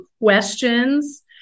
questions